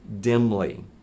dimly